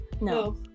No